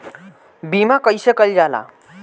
बीमा कइसे कइल जाला?